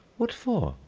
what for?